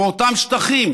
באותם שטחים